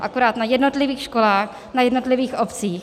Akorát na jednotlivých školách na jednotlivých obcích.